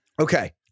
Okay